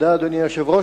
אדוני היושב-ראש,